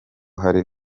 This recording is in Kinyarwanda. hari